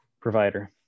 provider